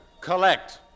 Collect